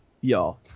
y'all